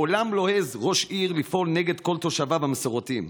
מעולם לא העז ראש עיר לפעול נגד כל תושביו המסורתיים.